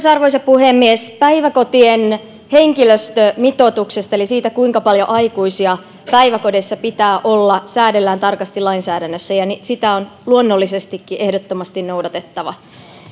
arvoisa puhemies päiväkotien henkilöstömitoituksesta eli siitä kuinka paljon aikuisia päiväkodeissa pitää olla säädellään tarkasti lainsäädännössä ja sitä on luonnollisestikin ehdottomasti noudatettava